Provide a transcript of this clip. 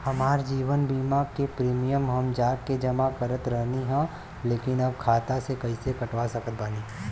हमार जीवन बीमा के प्रीमीयम हम जा के जमा करत रहनी ह लेकिन अब खाता से कइसे कटवा सकत बानी?